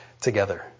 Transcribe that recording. together